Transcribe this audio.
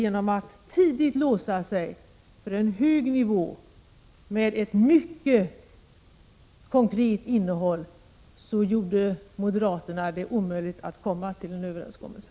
Genom att moderaterna tidigt låste sig för en hög nivå med ett mycket konkret innehåll blev det omöjligt att komma fram till en överenskommelse.